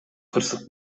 кырсык